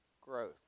growth